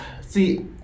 see